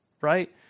right